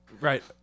Right